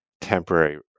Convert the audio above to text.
temporary